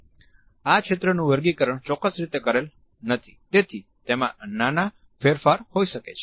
આ ક્ષેત્રનું વર્ગીકરણ ચોક્કસ રીતે કરેલ નથી તેથી તેમાં નાના ફેરફાર હોઈ શકે છે